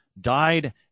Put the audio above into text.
died